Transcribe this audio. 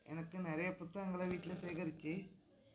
எனக்கு நிறைய புத்தகங்களை வீட்டில சேகரித்து